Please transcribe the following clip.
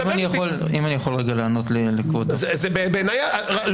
אם אני יכול לענות לכבוד היושב ראש.